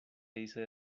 dice